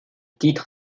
titre